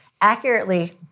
accurately